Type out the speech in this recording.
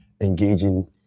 engaging